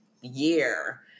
year